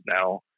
now